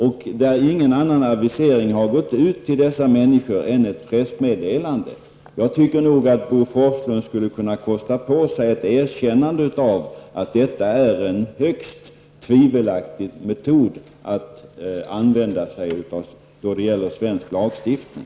Dessa företag har inte fått något besked om denna beskattning annat än genom ett pressmeddelande från regeringen. Jag tycker att Bo Forslund skulle kunna kosta på sig att erkänna att detta är en högst tvivelaktig metod att avisera en lagstiftning.